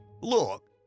Look